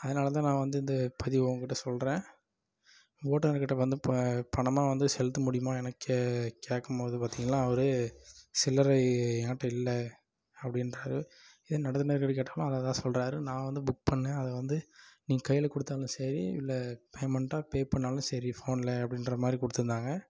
அதனால்தான் நான் வந்து இந்த பதிவை உங்கள் கிட்டே சொல்கிறேன் ஓட்டுனர் கிட்டே வந்து ப பணமாக வந்து செலுத்த முடியுமா என கே கேட்கம்போது பார்த்தீங்கள்னா அவர் சில்லறை என் கிட்டே இல்லை அப்படின்றாரு இதே நடத்துனர் கிட்டே கேட்டாலும் அதேதான் சொல்கிறாரு நான் வந்து புக் பண்ணிணேன் அது வந்து நீங்கள் கையில் கொடுத்தாலும் சரி இல்லை பேமெண்டாக பே பண்ணிணாலும் சரி ஃபோனில் அப்படின்ற மாதிரி கொடுத்துருந்தாங்க